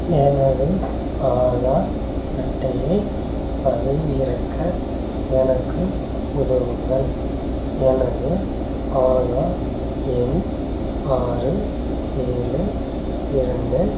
எனது ஆதார் அட்டையைப் பதிவிறக்க எனக்கு உதவுங்கள் எனது ஆதார் எண் ஆறு ஏழு இரண்டு